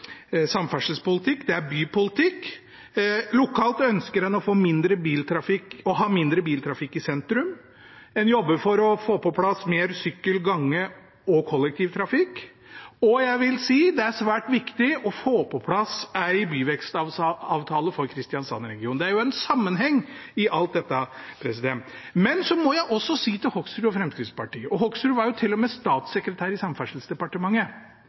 samferdselspolitikk, og det er bypolitikk. Lokalt ønsker en å ha mindre biltrafikk i sentrum. En jobber for å få på plass mer sykkel, gange og kollektivtrafikk, og jeg vil si at det er svært viktig å få på plass en byvekstavtale for Kristiansands-regionen. Det er jo en sammenheng i alt dette. Men jeg må også si til Hoksrud og Fremskrittspartiet, og Hoksrud var til og med statssekretær i Samferdselsdepartementet: